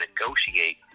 negotiate